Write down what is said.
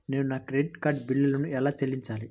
నేను నా credit card బిల్లును ఎలా చెల్లించాలీ?